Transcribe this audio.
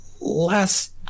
last